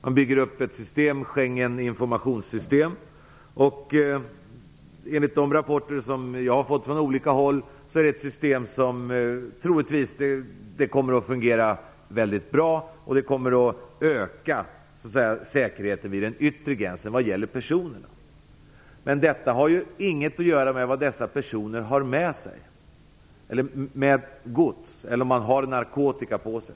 Man bygger upp ett system, Schengen informationssystem, och enligt de rapporter som jag har fått från olika håll är detta ett system som troligtvis kommer att fungera väldigt bra. Det kommer också att öka säkerheten vid den yttre gränsen när det gäller personer. Men detta har ju ingenting att göra med vad dessa personer för med sig, om de har gods eller narkotika med sig.